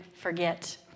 Forget